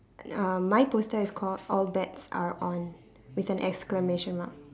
uh my poster is called all bets are on with an exclamation mark